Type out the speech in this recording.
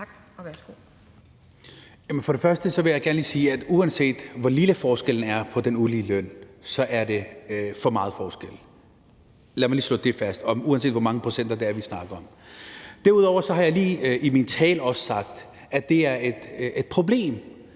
(FG): Først og fremmest vil jeg gerne lige sige, at uanset hvor lille forskellen er på den ulige løn, er det en forskel for meget. Lad mig lige slå det fast, uanset hvor mange procenter det er, vi snakker om. Derudover har jeg også lige sagt i min tale, at det er et problem,